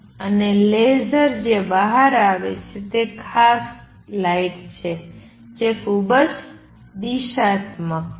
અને લેસર જે બહાર આવે છે તે ખાસ લાઇટ છે જે ખૂબ જ દિશાત્મક છે